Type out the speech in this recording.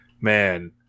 man